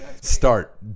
Start